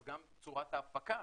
אז גם צורת ההפקה,